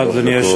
שלוש דקות.